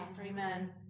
Amen